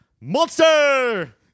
Monster